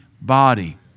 body